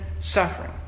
suffering